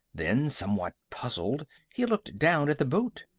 then, somewhat puzzled he looked down at the boot.